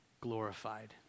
glorified